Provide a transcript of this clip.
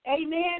amen